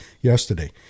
yesterday